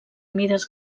mides